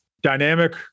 dynamic